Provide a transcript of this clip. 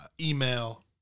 email